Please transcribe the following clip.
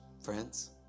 Friends